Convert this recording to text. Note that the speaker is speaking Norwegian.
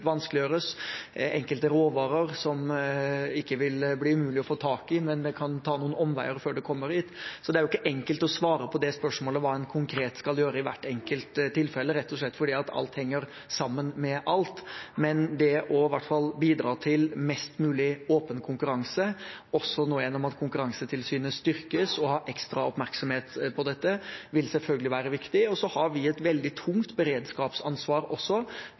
vanskeliggjøres, enkelte råvarer som det ikke vil bli umulig å få tak i, men som kan ta noen omveier før de kommer hit. Det er jo ikke enkelt å svare på spørsmålet om hva en konkret skal gjøre i hvert enkelt tilfelle, rett og slett fordi alt henger sammen med alt. Men i hvert fall å bidra til mest mulig åpen konkurranse, nå også gjennom at Konkurransetilsynet styrkes, og å ha ekstra oppmerksomhet på dette, vil selvfølgelig være viktig. Så har vi også et veldig tungt beredskapsansvar